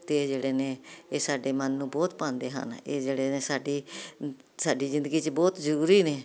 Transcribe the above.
ਅਤੇ ਇਹ ਜਿਹੜੇ ਨੇ ਇਹ ਸਾਡੇ ਮਨ ਨੂੰ ਬਹੁਤ ਭਾਉਂਦੇ ਹਨ ਇਹ ਜਿਹੜੇ ਨੇ ਸਾਡੀ ਸਾਡੀ ਜ਼ਿੰਦਗੀ 'ਚ ਬਹੁਤ ਜ਼ਰੂਰੀ ਨੇ